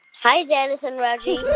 hi, dennis and reggie